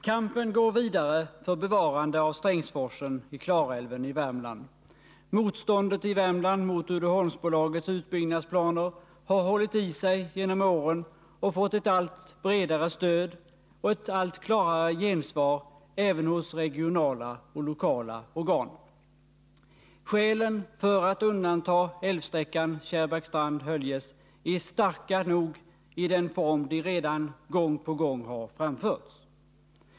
Herr talman! Kampen för bevarande av Strängsforsen i Klarälven i Värmland går vidare. Motståndet i Värmland mot Uddeholmsbolagets utbyggnadsplaner har hållit i sig genom åren och har fått ett allt bredare stöd och ett allt klarare gensvar även hos regionala och lokala organ. Skälen för att undanta älvsträckan Kärrbäckstrand-Höljes är starka nog i den form de redan gång på gång har framförts.